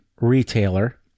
retailer